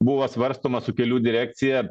buvo svarstomas su kelių direkcija